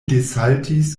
desaltis